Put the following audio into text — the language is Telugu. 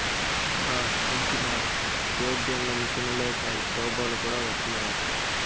బా ఇంటినా సేద్యం ల మిశనులే కాదు రోబోలు కూడా వచ్చినయట